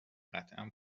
قطعا